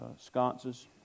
sconces